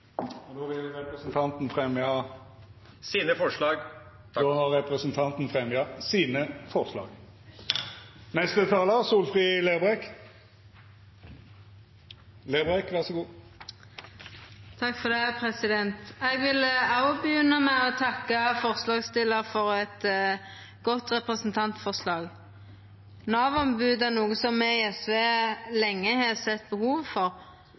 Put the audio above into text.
forslag. Representanten Per Olaf Lundteigen har teke opp det forslaget han refererte til. Eg vil òg begynna med å takka forslagsstillarane for eit godt representantforslag. Nav-ombod er noko me i SV lenge har sett behov for.